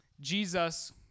Jesus